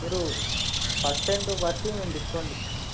మీరు పెర్సెంట్ బట్టి మేము డిస్కౌంట్ ఇస్తాము